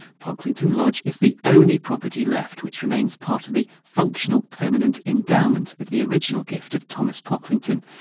pocklington lodge is the only property left which remains part of the functional permanent endowment of the original gift of thomas pocklington.